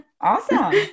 Awesome